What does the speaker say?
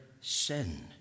sin